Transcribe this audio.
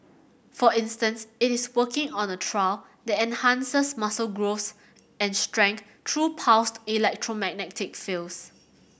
for instance it is working on a trial that enhances muscle growth and strength through pulsed electromagnetic fields